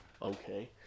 Okay